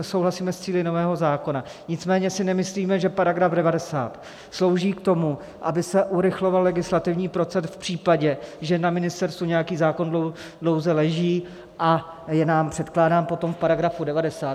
Souhlasíme s cíli nového zákona, nicméně si nemyslíme, že § 90 slouží k tomu, aby se urychloval legislativní proces v případě, že na ministerstvu nějaký zákon dlouze leží a je nám předkládán potom v § 90.